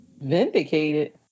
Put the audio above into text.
Vindicated